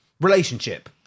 relationship